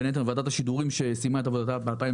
בין היתר ועדת השידורים שסיימה את עבודתה ב-2017